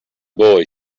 boy